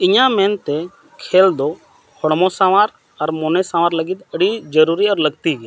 ᱤᱧᱟᱹᱜ ᱢᱮᱱᱛᱮ ᱠᱷᱮᱞ ᱫᱚ ᱦᱚᱲᱢᱚ ᱥᱟᱶᱟᱨ ᱟᱨ ᱢᱚᱱᱮ ᱥᱟᱶᱟᱨ ᱞᱟᱹᱜᱤᱫ ᱟᱹᱰᱤ ᱡᱚᱨᱩᱨᱤ ᱟᱨ ᱞᱟᱹᱠᱛᱤ ᱜᱮᱭᱟ